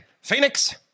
Phoenix